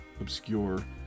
obscure